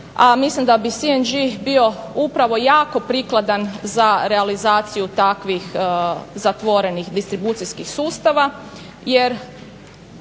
a mislim da bi CNG bio upravo jako prikladan za realizaciju takvih zatvorenih distribucijskih sustava. Jer